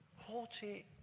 Haughty